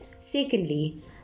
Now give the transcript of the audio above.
secondly